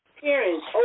parents